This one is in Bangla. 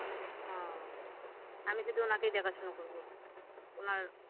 ওহ আমি শুধু ওনাকেই দেখাশোনা করবো ওনার